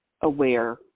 aware